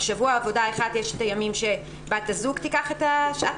בשבוע עבודה אחד יש הימים שבת הזוג תיקח את שעת